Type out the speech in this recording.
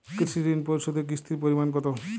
কৃষি ঋণ পরিশোধের কিস্তির পরিমাণ কতো?